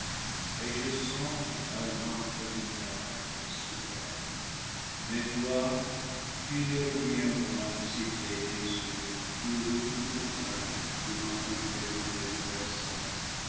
et je sens ta lampe vitale et souveraine mais toi tu ne reviens point visiter des yeux qui roulent en vain pour rencontrer ton rayon perçant